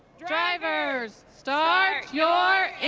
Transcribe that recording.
drivers, start your